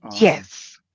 Yes